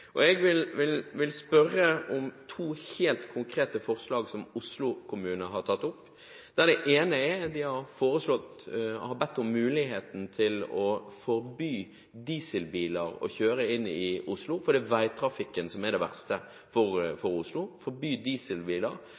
Jeg vil spørre om to helt konkrete forslag som Oslo kommune har tatt opp. Det ene er at de har bedt om muligheten til å forby dieselbiler å kjøre inn til Oslo på dager det er risiko for at det kan bli dårlig luft, for det er veitrafikken som er det verste for Oslo.